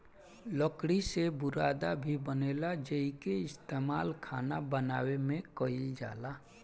लकड़ी से बुरादा भी बनेला जेइके इस्तमाल खाना बनावे में कईल जाला